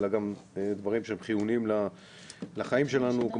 גם דברים שהם חיוניים לחיים שלנו,